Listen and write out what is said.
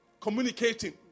communicating